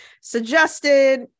suggested